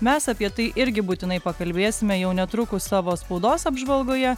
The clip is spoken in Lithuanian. mes apie tai irgi būtinai pakalbėsime jau netrukus savo spaudos apžvalgoje